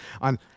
on